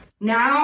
Now